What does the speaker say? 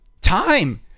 time